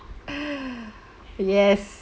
yes